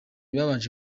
babanje